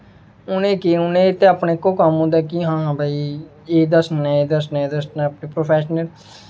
उ'नें केह् ऐ उ'नें ते अपने इक्को कम्म होंदा ऐ कि हां भाई एह् दस्सने आं एह् दस्सने आं दस्सने आं अपने प्रोफेशनल